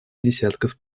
десятков